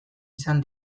izan